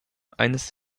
eines